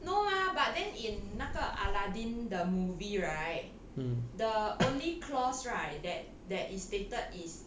no ah but then in 那个 aladdin the movie right the only clause right that that is stated is